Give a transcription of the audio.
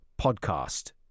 podcast